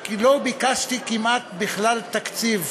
כי לא ביקשתי כמעט בכלל תקציב.